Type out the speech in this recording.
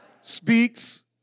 speaks